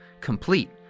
complete